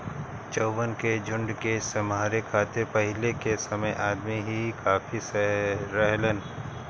चउवन के झुंड के सम्हारे खातिर पहिले के समय अदमी ही काफी रहलन